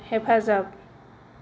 हेफाजाब